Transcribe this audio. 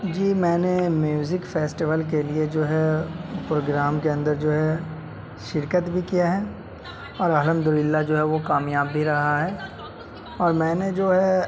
جی میں نے music festival کے لیے جو ہے پروگرام کے اندر جو ہے شرکت بھی کیا ہے اور الحمد للہ جو ہے وہ کامیاب بھی رہا ہے اور میں نے جو ہے